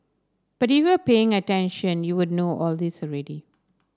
but if you were paying attention you will know all this already